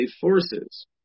forces